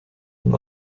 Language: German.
und